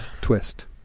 twist